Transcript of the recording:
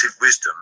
wisdom